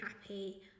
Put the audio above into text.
happy